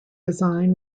design